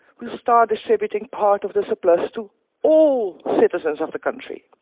we start distributing part of the surplus to all citizens of the country.